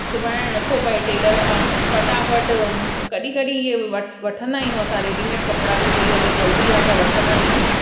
सिबाइणु न थो पए टेलर खां फ़टाफ़टि कॾहिं कॾहिं इहे वठ वठंदा आहिंयूं असां रेडीमेड कपिड़ा बि भई हलो जल्दी आहे त वठंदा आहियूं